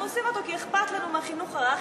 אנחנו עושים אותו כי אכפת לנו מהחינוך בגיל הרך,